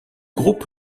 groupe